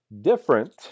different